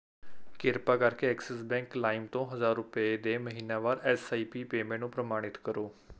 ਕਿਰਪਾ ਕਰਕੇ Axis bank ਲਾਇਮ ਤੋਂ ਹਜ਼ਾਰ ਰੁਪਏ ਦੇ ਮਹੀਨਾਵਾਰ ਐੱਸ ਆਈ ਪੀ ਪੇਮੈਂਟ ਨੂੰ ਪ੍ਰਮਾਣਿਤ ਕਰੋ